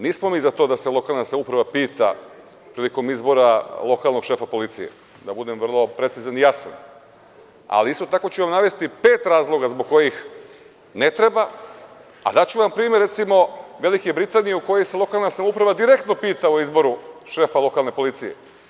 Nismo mi za to da se lokalna samouprava pita prilikom izbora lokalnog šefa policije, da budem vrlo precizan i jasan, ali isto tako ću vam navesti pet razloga zbog kojih ne treba, a daću vam primer, recimo Velike Britanije u kojoj se lokalna samouprava direktno pita o izboru šefa lokalne policije.